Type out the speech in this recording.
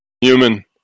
human